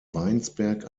weinsberg